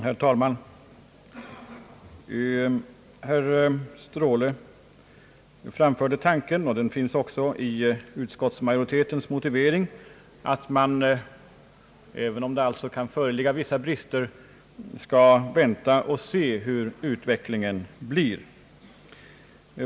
Herr talman! Herr Ståhle framförde den tanke — den finns också i utskottets motivering — att man, även om det kan föreligga vissa brister, skall vänta och se hur utvecklingen blir.